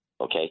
Okay